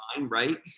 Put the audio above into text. right